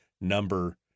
number